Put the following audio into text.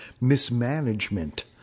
mismanagement